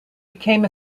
became